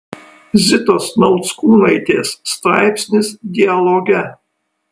zitos nauckūnaitės straipsnis dialoge